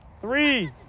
Three